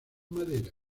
madera